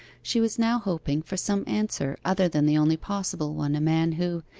she was now hoping for some answer other than the only possible one a man who,